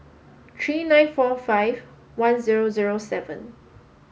three nine four five one zero zero seven